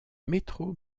metro